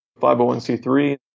501c3